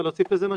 אפשר להוסיף משהו?